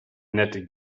nette